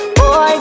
boy